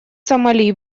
сомали